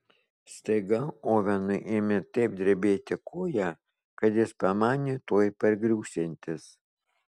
staiga ovenui ėmė taip drebėti koja kad jis pamanė tuoj pargriūsiantis